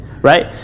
Right